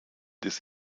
des